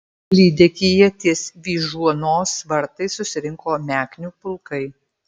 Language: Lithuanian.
lydekyje ties vyžuonos vartais susirinko meknių pulkai